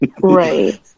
Right